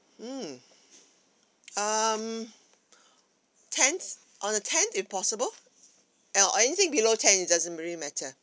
mm um tenth on the tenth if possible or anything below ten it doesn't really matter